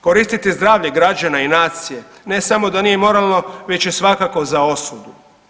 Koristiti zdravlje građana i nacije ne samo da nije moralno već je svakako za osudu.